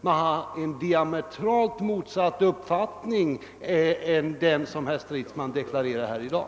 De har en uppfattning som är diametralt motsatt den som herr Stridsman deklarerat här i dag.